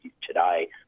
today